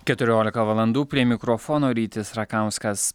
keturiolika valandų prie mikrofono rytis rakauskas